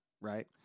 right